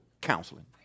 counseling